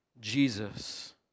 Jesus